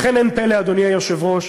לכן, אדוני היושב-ראש,